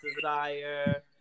desire